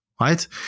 Right